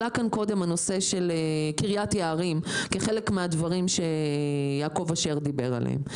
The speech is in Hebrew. עלה כאן קודם הנושא של קרית יערים כחלק מהדברים שיעקב אשר דיבר עליהם.